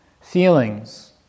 Feelings